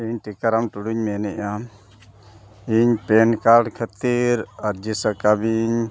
ᱤᱧ ᱴᱤᱠᱟᱨᱟᱢ ᱴᱩᱰᱩᱧ ᱢᱮᱱᱮᱫᱼᱟ ᱤᱧ ᱯᱮᱱ ᱠᱟᱨᱰ ᱠᱷᱟᱹᱛᱤᱨ ᱟᱹᱨᱡᱤ ᱥᱟᱞᱟᱢᱤᱧ